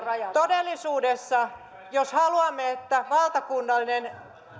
todellisuudessa jos haluamme että valtakunnallinen